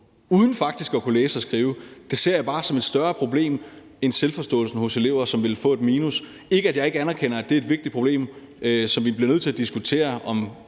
uden faktisk at kunne læse og skrive. Det ser jeg bare som et større problem end selvforståelsen hos elever, som ville få et minus. Det betyder ikke, at jeg ikke anerkender, at det er et vigtigt problem. Så vi bliver nødt til at diskutere, om